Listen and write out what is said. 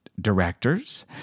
directors